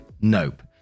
Nope